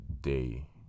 day